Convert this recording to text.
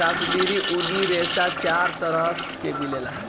काश्मीरी ऊनी रेशा चार तरह के मिलेला